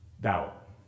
Doubt